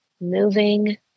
moving